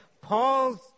Paul's